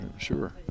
Sure